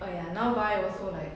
oh ya now buy also like